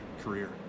career